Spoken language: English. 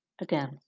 again